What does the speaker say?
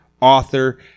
author